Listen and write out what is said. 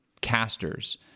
casters